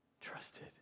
trusted